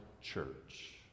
church